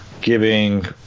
giving